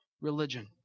religion